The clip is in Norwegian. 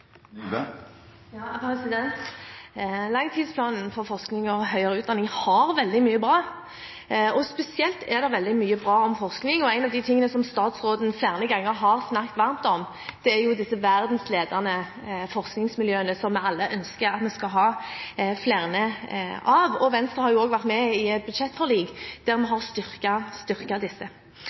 er nødvendige. Langtidsplanen for forskning og høyere utdanning har veldig mye bra, og spesielt er det veldig mye bra om forskning. En av de tingene statsråden flere ganger har snakket varmt om, er disse verdensledende forskningsmiljøene som alle ønsker at vi skal ha flere av. Venstre har også vært med i et budsjettforlik der vi har